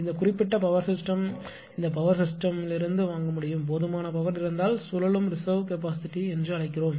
இந்த குறிப்பிட்ட power system இந்த பவர் சிஸ்டமிலிருந்து வாங்க முடியும் போதுமான பவர் இருந்தால் சுழலும் ரிசர்வ் கெபாசிட்டி என்று அழைக்கிறோம்